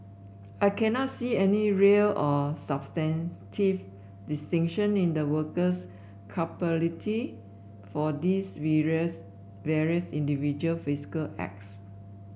I cannot see any real or substantive distinction in the worker's culpability for these various individual physical acts